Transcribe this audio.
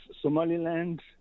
Somaliland